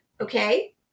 Okay